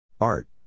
Art